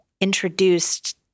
introduced